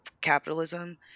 capitalism